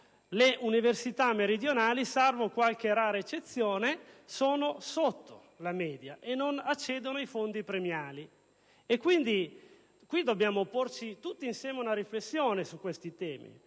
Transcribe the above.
le università meridionali, salvo qualche rara eccezione, sono sotto la media e non accedono ai fondi premiali. Tutti insieme dobbiamo, quindi, porci una riflessione su questi temi